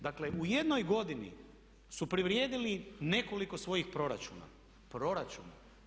Dakle u jednoj godini su privrijedili nekoliko svojih proračuna, proračuna.